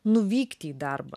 nuvykti į darbą